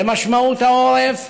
למשמעות העורף